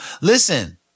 Listen